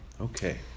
Okay